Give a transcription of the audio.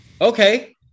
okay